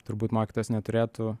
turbūt mokytojas neturėtų